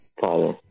father